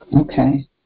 Okay